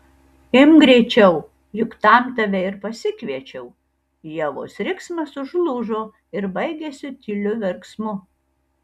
imk greičiau juk tam tave ir pasikviečiau ievos riksmas užlūžo ir baigėsi tyliu verksmu